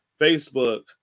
Facebook